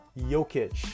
jokic